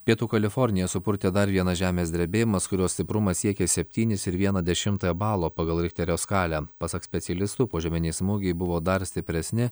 pietų kaliforniją supurtė dar vienas žemės drebėjimas kurio stiprumas siekė septynis ir vieną dešimtąją balo pagal richterio skalę pasak specialistų požeminiai smūgiai buvo dar stipresni